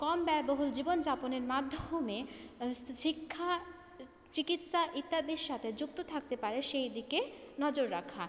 কম ব্যয়বহুল জীবনযাপনের মাধ্যমে শিক্ষা চিকিৎসা ইত্যাদির সাথে যুক্ত থাকতে পারে সেই দিকে নজর রাখা